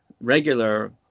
regular